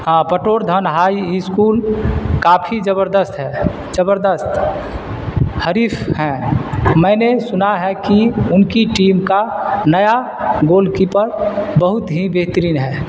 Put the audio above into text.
ہاں Patwardhan high school کافی زبردست زبردست حریف ہیں میں نے سنا ہے کہ ان کی ٹیم کا نیا گول کیپر بہت ہی بہترین ہے